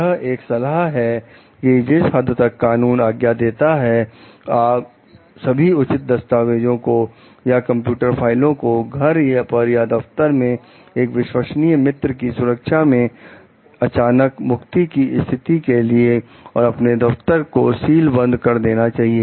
यह एक सलाह है कि जिस हद तक कानून आज्ञा देता है आप सभी उचित दस्तावेजों को या कंप्यूटर फाइलों को घर पर या दफ्तर में एक विश्वसनीय मित्र की सुरक्षा में अचानक मुक्ति की स्थिति के लिए और अपने दफ्तर को सील बंद कर देना चाहिए